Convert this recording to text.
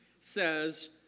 says